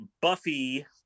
Buffy